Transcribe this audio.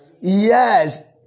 Yes